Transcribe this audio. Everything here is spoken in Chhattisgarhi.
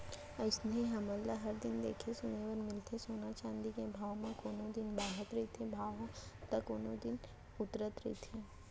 अइसने हमन ल हर दिन देखे सुने बर मिलथे सोना चाँदी के भाव म कोनो दिन बाड़हे रहिथे भाव ह ता कोनो दिन उतरे रहिथे